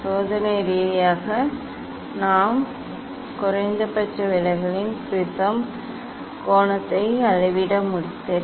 சோதனை ரீதியாக நாம் குறைந்தபட்ச விலகலின் ப்ரிஸம் மற்றும் கோணத்தை அளவிட வேண்டும் சரி